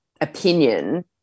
opinion